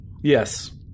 Yes